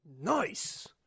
Nice